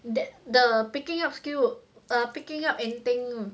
that the picking up skill uh picking up anything